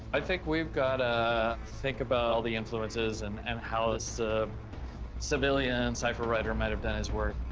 i think we've gotta ah think about all the influences, and and how a so civilian and cipher writer might've done his work.